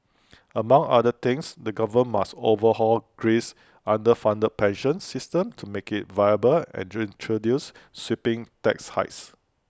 among other things the government must overhaul Greece's underfunded pension system to make IT viable and introduce sweeping tax hikes